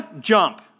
Jump